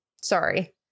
Sorry